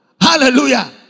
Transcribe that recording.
Hallelujah